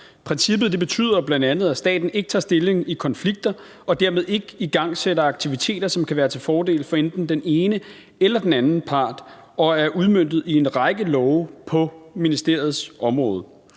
Princippet betyder bl.a., at staten ikke tager stilling i konflikter og dermed ikke igangsætter aktiviteter, som kan være til fordel for enten den ene eller den anden part, og er udmøntet i en række love på ministeriets område.